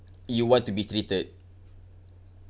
you want to be treated